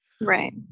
Right